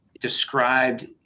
described